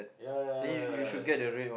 yeah yeah yeah yeah yeah